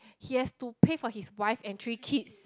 he has to pay for his wife and three kids